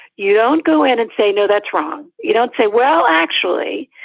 you don't go in and say, no, that's wrong. you don't say, well, actually,